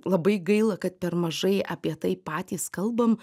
labai gaila kad per mažai apie tai patys kalbam